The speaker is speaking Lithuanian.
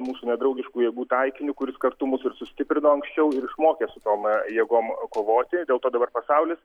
mūsų nedraugiškų jėgų taikiniu kuris kartu mus ir sustiprino anksčiau ir išmokė su tom jėgom kovoti dėl to dabar pasaulis